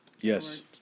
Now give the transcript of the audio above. Yes